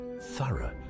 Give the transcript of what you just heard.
thorough